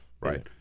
right